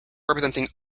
representing